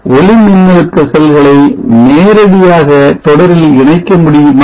ஒளிமின்னழுத்த செல்களை நேரடியாக தொடரில் இணைக்க முடியுமா